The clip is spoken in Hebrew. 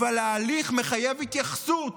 אבל ההליך מחייב התייחסות